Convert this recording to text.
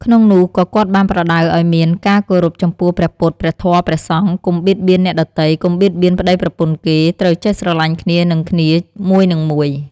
ក្នុងនោះក៏គាត់បានប្រដៅឲ្យមាន ការគោរពចំពោះព្រះពុទ្ធ ព្រះធម៌ ព្រះសង្ឃ កុំបៀតបៀនអ្នកដទៃ កុំបៀតបៀនប្តីប្រពន្ធគេ ត្រូវចេះស្រលាញ់គ្នានិងគ្នាមួយនិងមួយ។